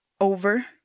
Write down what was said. over